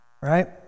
right